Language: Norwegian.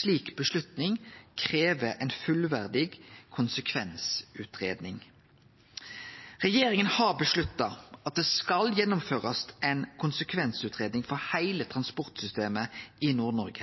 slik avgjerd krev ei fullverdig konsekvensutgreiing. Regjeringa har bestemt at det skal gjennomførast ei konsekvensutgreiing for heile transportsystemet i Nord-Noreg,